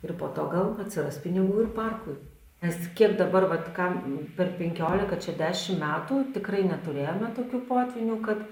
ir po to gal atsiras pinigų ir parkui nes kiek dabar vat ką per penkiolika čia dešim metų tikrai neturėjome tokių potvynių kad